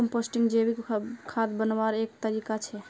composting जैविक खाद बन्वार एक तरीका छे